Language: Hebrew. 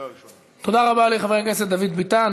תודה רבה לחבר הכנסת דוד ביטן.